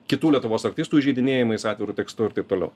kitų lietuvos aktyvistų įžeidinėjimais atviru tekstu ir taip toliau